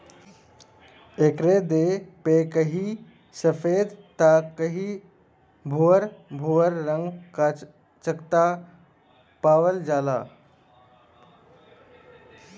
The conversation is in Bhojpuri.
एकरे देह पे कहीं सफ़ेद त कहीं भूअर भूअर रंग क चकत्ता पावल जाला